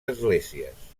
esglésies